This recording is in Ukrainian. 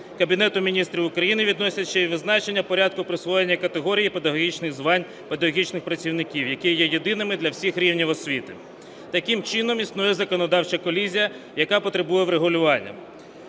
Кабінету Міністрів України відносять ще й визначення порядку присвоєння категорій і педагогічних звань педагогічних працівників, які є єдиними для всіх рівнів освіти. Таким чином існує законодавча колізія, яка потребує врегулювання.